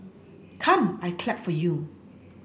come I clap for you